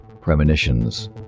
premonitions